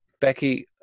Becky